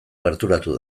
gerturatu